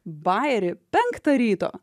bajerį penktą ryto